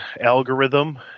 algorithm